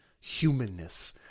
humanness